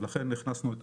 ולכן הכנסנו את